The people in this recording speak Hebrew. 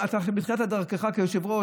אתה בתחילת דרכך כיושב-ראש,